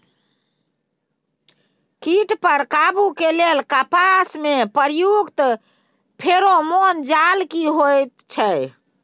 कीट पर काबू के लेल कपास में प्रयुक्त फेरोमोन जाल की होयत छै?